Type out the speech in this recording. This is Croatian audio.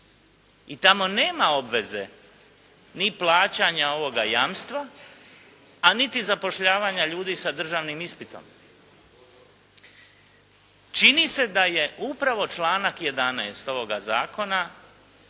i tamo nema obveze ni plaćanja ovoga jamstva, a niti zapošljavanja ljudi sa državnim ispitom. Čini se da je upravo članak 11. ovoga zakona